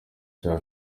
cya